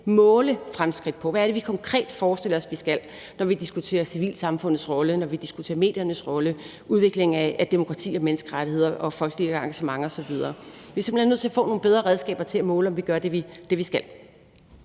måle fremskridt på? Hvad er det, vi konkret forestiller os at vi skal, når vi diskuterer civilsamfundets rolle, når vi diskuterer mediernes rolle, udvikling af demokrati og menneskerettigheder og folkeligt engagement osv.? Vi er simpelt hen nødt til at få nogle bedre redskaber til at måle, om vi gør det, vi skal.